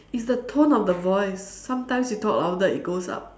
it's the tone of the voice sometimes you talk louder it goes up